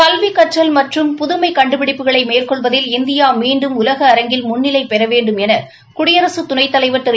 கல்வி கற்றல் மற்றும் புதுமை கண்டுபிடிப்புகளை மேற்கொள்வதில் இந்தியா மீண்டும் உலக அரங்கில் முன்னிலை பெற வேண்டும் என குடியரக துணைத் தலைவர் திரு